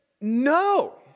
no